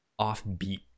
offbeat